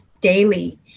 daily